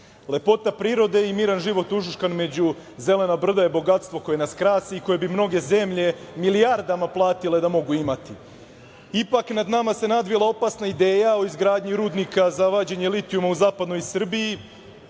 prirode i miran život ušuškan među zelena brda je bogatstvo koje nas krasi i koje bi mnoge zemlje milijardama platile da mogu imati. Ipak, nad nama se nadvila opasna ideja o izgradnji rudnika za vađenje litijuma u zapadnoj Srbiji,